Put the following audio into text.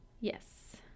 yes